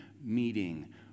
meeting